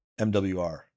MWR